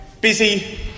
busy